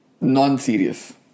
Non-serious